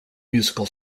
musical